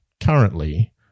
currently